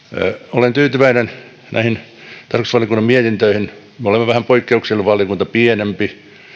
olen tyytyväinen näihin tarkastusvaliokunnan mietintöihin me olemme vähän poikkeuksellinen valiokunta pienempi